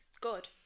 Good